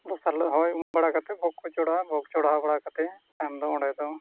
ᱫᱚᱥᱟᱨ ᱦᱤᱞᱳᱜ ᱦᱚᱭ ᱮᱢ ᱵᱟᱲᱟ ᱠᱟᱛᱮᱫ ᱵᱷᱳᱜᱽ ᱠᱚ ᱪᱚᱲᱦᱟᱣᱟ ᱵᱷᱳᱜᱽ ᱠᱚ ᱪᱚᱲᱦᱟᱣ ᱵᱟᱲᱟ ᱠᱟᱛᱮᱫ ᱛᱟᱭᱚᱢ ᱫᱚ ᱚᱸᱰᱮ ᱫᱚ